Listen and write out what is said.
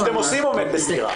מה שאתם עושים עומד בסתירה.